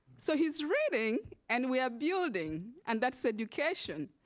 so he's reading and we are building, and that's education.